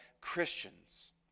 Christians